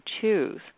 choose